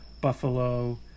Buffalo